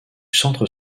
centre